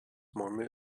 more